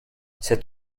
cet